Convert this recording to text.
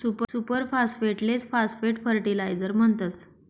super फास्फेटलेच phosphate fertiliser म्हणतस